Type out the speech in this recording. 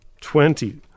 Twenty